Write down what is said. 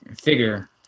figure